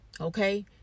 Okay